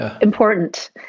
important